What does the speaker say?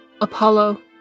Apollo